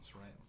right